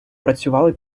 працювали